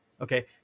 Okay